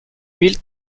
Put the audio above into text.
mille